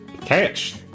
Catch